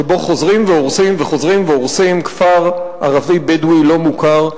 שבו חוזרים והורסים וחוזרים והורסים כפר ערבי בדואי לא-מוכר.